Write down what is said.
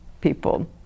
people